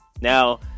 now